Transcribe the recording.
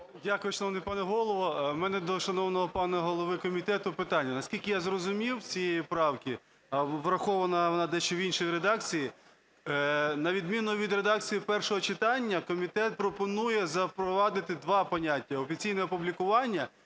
Дякую. Шановний пане Голово, у мене до шановного пана голови комітету питання. Наскільки я зрозумів з цієї правки, а врахована вона дещо в іншій редакції, на відміну від редакції першого читання, комітет пропонує запровадити два поняття: "офіційне опублікування"